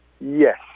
Yes